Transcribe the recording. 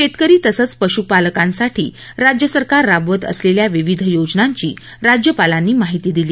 शेतकरी तसंच पशुपालकांसाठी राज्य सरकार राबवत असलेल्या विविध योजनांची राज्यपालांनी माहिती दिली